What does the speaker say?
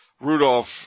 Rudolf